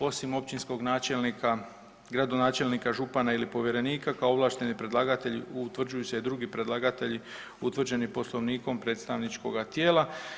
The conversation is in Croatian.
Osim općinskog načelnika, gradonačelnika, župana ili povjerenika kao ovlašteni predlagatelj utvrđuju se i drugi predlagatelji utvrđeni poslovnikom predstavničkoga tijela.